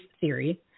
theory